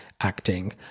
acting